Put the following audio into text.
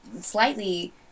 slightly